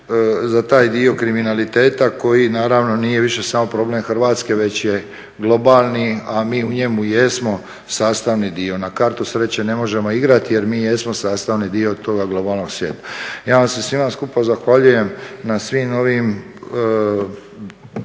za taj dio kriminaliteta koji naravno nije više samo problem Hrvatske već je globalni, a mi u njemu jesmo sastavni dio. Na kartu sreće ne možemo igrati jer mi jesmo sastavni toga globalnog svijeta. Ja vam se svima skupa zahvaljujem na svim ovim primjedbama